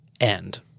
end